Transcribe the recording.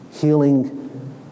healing